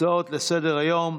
הצעות לסדר-היום.